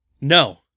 No